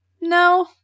No